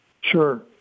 Sure